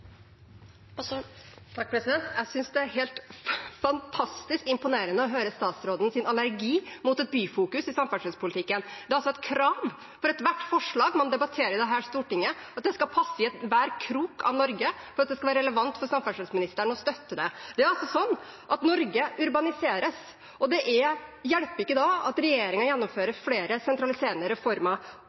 altså et krav til ethvert forslag man debatterer i dette Stortinget, at det skal passe i enhver krok av Norge for at det skal være relevant for samferdselsministeren å støtte det. Norge urbaniseres, og det hjelper ikke da at regjeringen gjennomfører flere sentraliserende reformer.